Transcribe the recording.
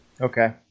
Okay